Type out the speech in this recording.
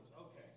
okay